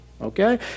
okay